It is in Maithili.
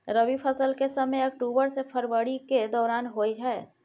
रबी फसल के समय अक्टूबर से फरवरी के दौरान होय हय